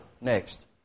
next